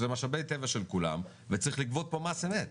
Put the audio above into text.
זה משאבי טבע של כולם וצריך לגבות פה מס אמת.